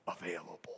available